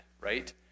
right